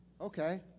Okay